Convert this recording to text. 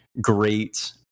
great